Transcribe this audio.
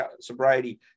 sobriety